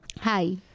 Hi